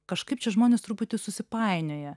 kažkaip čia žmonės truputį susipainioja